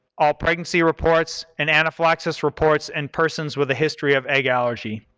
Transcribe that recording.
all pregnancy reports, and anaphylaxis reports and persons with a history of egg allergy.